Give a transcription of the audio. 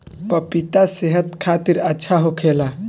पपिता सेहत खातिर अच्छा होखेला